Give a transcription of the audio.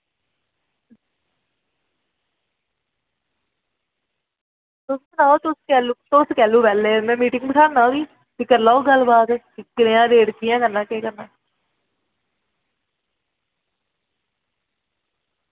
आं तुस कैलूं बेह्ले होने ते मिटिंग रक्खाना भी ते करी लैओ गल्ल बात कनेहा रेट केह् करना कियां करना भी